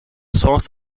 source